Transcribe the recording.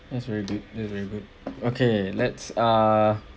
that's very good that's very good okay let's err